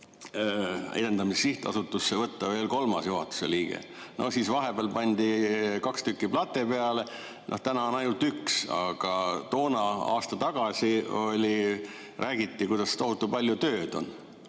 Edendamise Sihtasutusse võtta veel kolmas juhatuse liige, siis vahepeal pandi kaks tükki plate peale. Täna on [juhatuses] ainult üks. Toona, aasta tagasi räägiti, kuidas tohutu palju tööd on